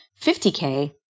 50K